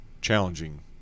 challenging